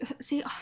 see